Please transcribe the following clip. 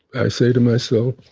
i say to myself,